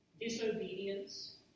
disobedience